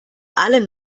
alle